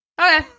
okay